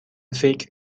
فکر